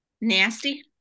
nasty